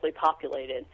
populated